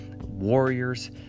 warriors